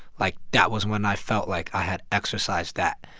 like, that was when i felt like i had exorcised that.